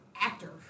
actor